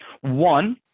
one